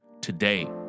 today